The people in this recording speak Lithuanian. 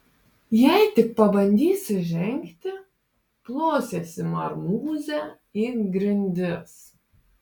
jei tik pabandysi žengti plosiesi marmūze į grindis